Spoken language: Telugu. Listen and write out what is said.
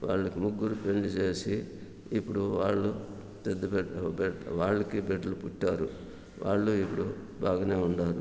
వాళ్ళు ముగ్గురికి పెళ్లి చేసి ఇప్పుడు వాళ్లు పెద్ద బిడ్డ పెద్ద వాళ్లకి బిడ్డలు పుట్టారు వాళ్లు ఇప్పుడు బాగానే ఉండారు